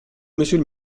monsieur